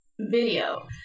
video